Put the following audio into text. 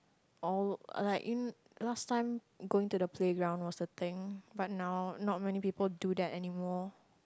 all like last time going to the playground was a thing but now not many people do that anymore